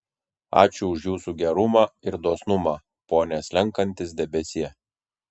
ačiū už jūsų gerumą ir dosnumą pone slenkantis debesie